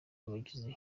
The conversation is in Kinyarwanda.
abagize